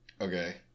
okay